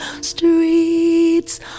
streets